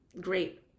great